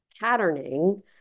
patterning